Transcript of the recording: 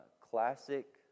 Classic